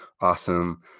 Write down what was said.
awesome